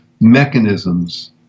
mechanisms